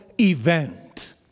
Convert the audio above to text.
event